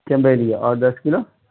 چنبیلی اور دس کلو